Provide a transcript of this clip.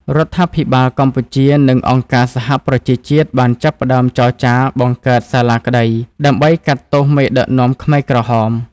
រដ្ឋាភិបាលកម្ពុជា និងអង្គការសហប្រជាជាតិបានចាប់ផ្ដើមចរចាបង្កើតសាលាក្ដីដើម្បីកាត់ទោសមេដឹកនាំខ្មែរក្រហម។